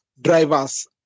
drivers